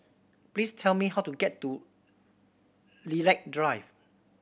please tell me how to get to Lilac Drive